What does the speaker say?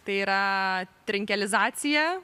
tai yra trinkelizacija